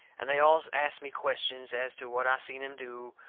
and they all asts me questions as to what i seen him do,